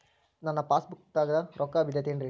ನನ್ನ ಪಾಸ್ ಪುಸ್ತಕದಾಗ ರೊಕ್ಕ ಬಿದ್ದೈತೇನ್ರಿ?